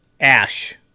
ash